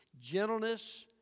gentleness